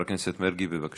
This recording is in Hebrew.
אדוני.